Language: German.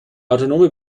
autonome